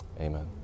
amen